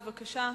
בבקשה.